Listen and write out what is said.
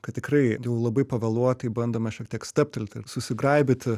kad tikrai labai pavėluotai bandome šiek tiek stabtelti ir susigraibyti